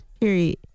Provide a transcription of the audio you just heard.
Period